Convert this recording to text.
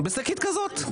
בשקית כזאת?